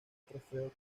trofeo